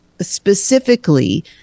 specifically